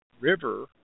river